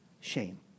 Shame